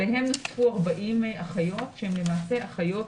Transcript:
עליהם נוספו 40 אחיות שהן למעשה אחיות